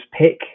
pick